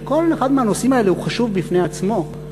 וכל אחד מהנושאים האלה הוא חשוב בפני עצמו,